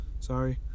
Sorry